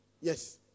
Yes